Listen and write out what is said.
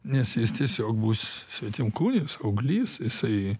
nes jis tiesiog bus svetimkūnis auglys jisai